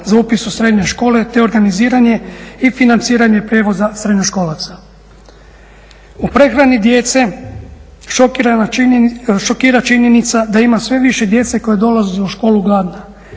za upis u srednje škole, te organiziranje i financiranje prijevoza srednjoškolaca. U prehrani djece šokira činjenica da ima sve više djece koja dolaze u školu gladna,